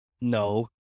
no